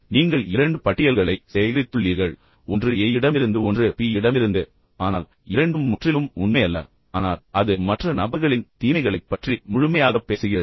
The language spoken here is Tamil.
எனவே நீங்கள் இரண்டு பட்டியல்களை சேகரித்துள்ளீர்கள் ஒன்று Aயிடமிருந்து ஒன்று ப்யிடமிருந்து ஆனால் இரண்டும் முற்றிலும் உண்மையல்ல ஆனால் அது மற்ற நபர்களின் தீமைகளைப் பற்றி முழுமையாகப் பேசுகிறது